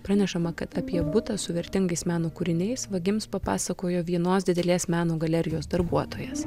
pranešama kad apie butą su vertingais meno kūriniais vagims papasakojo vienos didelės meno galerijos darbuotojas